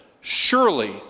Surely